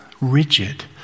rigid